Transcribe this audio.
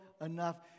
enough